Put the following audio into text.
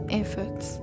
efforts